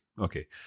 Okay